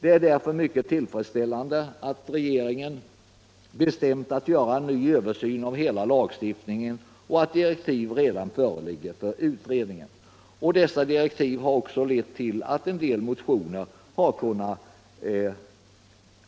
Det är därför mycket tillfredsställande att regeringen har bestämt att göra en ny översyn av hela lagstiftningen och att direktiv för utredningen redan föreligger. Till följd därav har en del motioner kunnat